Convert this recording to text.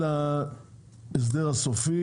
עד להסדר הסופי,